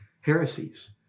heresies